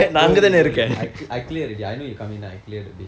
don't worry don't worry I I clear already I know you coming then I cleared a bit